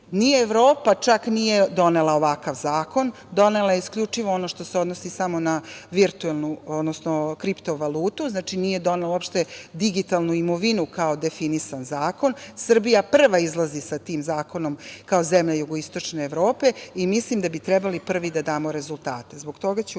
Ni Evropa čak nije donela ovakav zakon. Donela je isključivo ono što se odnosi samo na virtuelnu, odnosno kriptovalutu. Nije donela digitalnu imovinu kao definisan zakon. Srbija izlazi sa tim zakonom kao zemlja Jugoistočne Evrope i mislim da bi trebali prvi da damo rezultate. Zbog toga ću